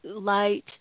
light